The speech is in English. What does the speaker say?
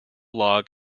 log